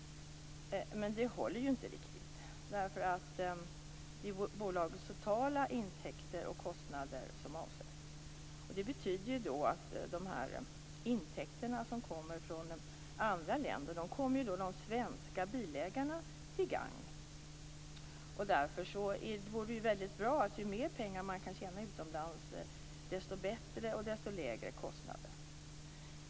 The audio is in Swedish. Men det håller ju inte riktigt, eftersom det är bolagets totala intäkter och kostnader som avsätts. Det betyder att de intäkter som kommer från andra länder gagnar de svenska bilägarna. Det innebär ju att ju mer pengar som man kan tjäna utomlands, desto bättre är det och desto lägre blir kostnaderna.